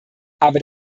aber